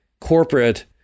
corporate